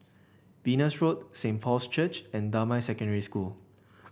Venus Road Saint Paul's Church and Damai Secondary School